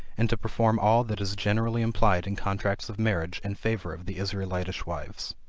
and to perform all that is generally implied in contracts of marriage in favor of the israelitish wives.